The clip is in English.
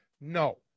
No